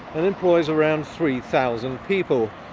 and employs around three thousand people.